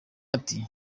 ati